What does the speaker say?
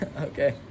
Okay